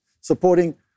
supporting